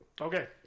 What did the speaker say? Okay